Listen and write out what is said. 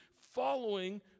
following